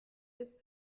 ist